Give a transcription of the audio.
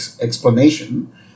explanation